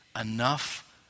enough